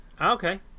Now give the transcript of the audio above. okay